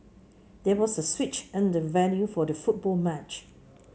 there was a switch in the venue for the football match